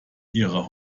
ihrer